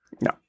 No